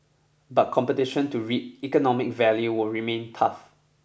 but competition to reap economic value will remain tough